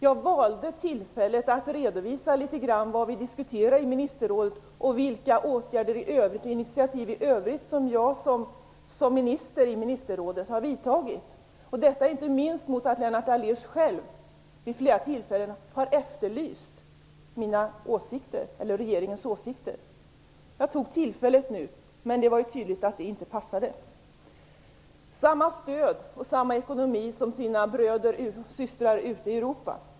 Jag valde detta tillfälle för att redovisa litet grand av det vi diskuterar i ministerrådet, vilka initiativ jag har tagit och vilka åtgärder i övrigt som jag som minister i ministerrådet har vidtagit. Detta gör jag inte minst mot bakgrund av att Lennart Daléus själv vid flera tillfällen har efterlyst regeringens åsikter. Jag tog tillfället i akt, men det var tydligt att det inte passade. Det talades om att bönderna skall ha samma stöd och samma ekonomi som sina bröder och systrar ute i Europa.